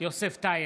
יוסף טייב,